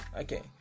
okay